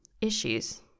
issues